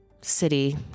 city